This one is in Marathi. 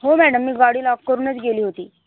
हो मॅडम मी गाडी लॉक करूनच गेली होती